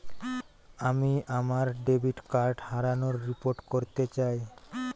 আমি আমার debit card হারানোর রিপোর্ট করতে চাই